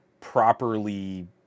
properly